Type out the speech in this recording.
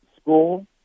School